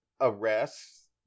arrests